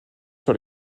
sur